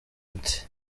ati